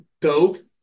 dope